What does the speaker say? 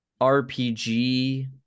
RPG